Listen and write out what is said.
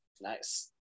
Nice